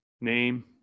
name